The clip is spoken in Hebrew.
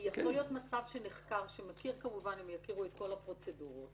מה פתאום אוטומטית להאריך את ההתיישנות.